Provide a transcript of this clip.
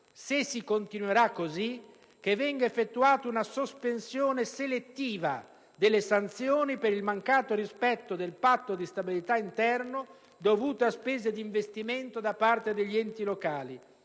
se si continuerà così, di effettuare una sospensione selettiva delle sanzioni per il mancato rispetto del Patto di stabilità interno dovuto a spese di investimento da parte degli enti locali,